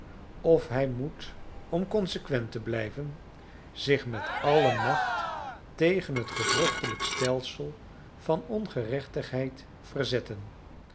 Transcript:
of hij moet om consequent te blijven zich met alle macht tegen het gedrochtelijk stelsel van ongerechtigheid verzetten